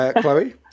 Chloe